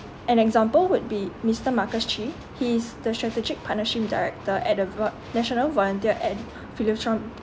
an example would be mister marcus chee he is the strategic partnership director at the vol~ national volunteer and philanthro~